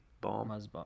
bomb